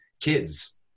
kids